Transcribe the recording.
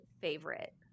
favorite